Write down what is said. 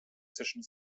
zwischen